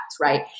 Right